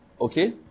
okay